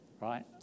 Right